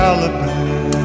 Alabama